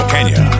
Kenya